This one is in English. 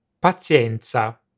pazienza